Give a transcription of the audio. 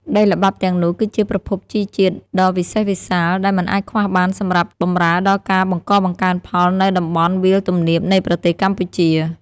ដីល្បាប់ទាំងនោះគឺជាប្រភពជីជាតិដ៏វិសេសវិសាល ដែលមិនអាចខ្វះបានសម្រាប់បម្រើដល់ការបង្កបង្កើនផលនៅតំបន់វាលទំនាបនៃប្រទេសកម្ពុជា។